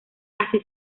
así